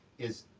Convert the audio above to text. is,